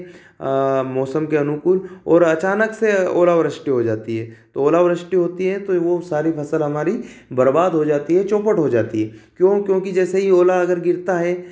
मौसम के अनुकूल और अचानक से ओला वृष्टि हो जाती है तो ओला वृष्टि होती है तो वह सारी फ़सल हमारी बर्बाद हो जाती है चौपट हो जाती क्यों क्योंकि जैसे ही ओला अगर गिरता है